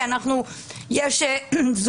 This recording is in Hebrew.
יש תתפלאו,